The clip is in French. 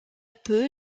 peu